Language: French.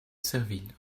serville